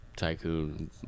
tycoon